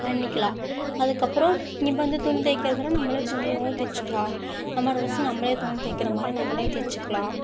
பண்ணிக்கலாம் அதுக்கப்பறம் இப்போ வந்து துணி தைக்கிறதுன்னால் நம்மளே துணியவும் தச்சுக்கலாம் நம்மளோட ட்ரெஸ்ஸு நம்மளே துணி தைக்கிறமாதிரி நம்மளே தச்சுக்கலாம்